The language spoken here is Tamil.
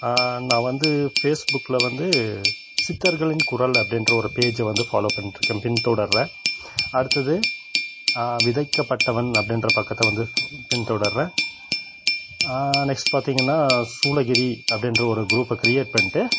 நான் வந்து ஃபேஸ்புக்கில் வந்து சித்தர்களின் குரல் அப்படின்ற ஒரு பேஜை வந்து ஃபாலோ பண்ணிட்ருக்கேன் பின் தொடர்கிறேன் அடுத்தது விதைக்கப்பட்டவன் அப்படின்ற பக்கத்த வந்து ஃப் பின் தொடர்கிறேன் நெக்ஸ்ட் பார்த்திங்கனா சூளகிரி அப்படின்ற ஒரு குரூப்பை கிரியேட் பண்ணிட்டு